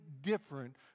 different